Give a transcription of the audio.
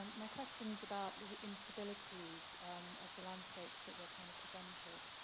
my question is about the the instabilities of the landscapes that were kind of presented.